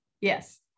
Yes